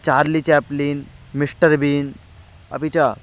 Charlie Chaplin Mister Bean अपि च